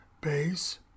bass